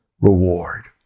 reward